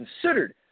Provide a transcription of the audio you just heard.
considered